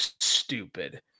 stupid